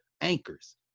anchors